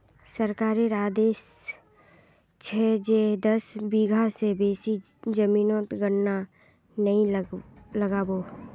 सरकारेर आदेश छ जे दस बीघा स बेसी जमीनोत गन्ना नइ लगा बो